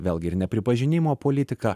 vėlgi ir nepripažinimo politika